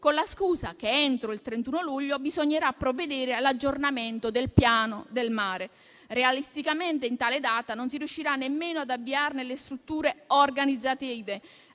con la scusa che entro il 31 luglio bisognerà provvedere all'aggiornamento del piano del mare. Realisticamente entro tale data non si riuscirà nemmeno ad avviarne le strutture organizzative,